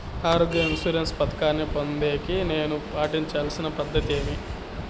ఆరోగ్య ఇన్సూరెన్సు పథకాన్ని పొందేకి నేను పాటించాల్సిన పద్ధతి ఏమి?